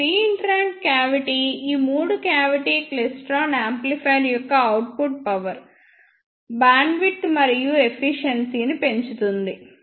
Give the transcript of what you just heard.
ఈ reentrant cavity ఈ మూడు క్యావిటి క్లైస్ట్రాన్ యాంప్లిఫైయర్ యొక్క అవుట్పుట్ పవర్ బ్యాండ్విడ్త్ మరియు సామర్థ్యాన్ని పెంచుతుంది